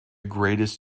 greatest